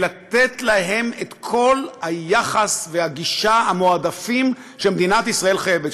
ולתת להם את כל היחס והגישה המועדפים שמדינת ישראל חייבת לתת.